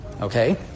okay